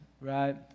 right